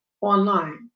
online